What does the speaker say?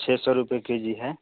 छः सौ रुपये के जी है